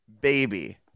baby